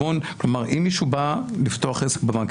אם מישהו בא לפתוח עסק בבנק,